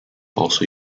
also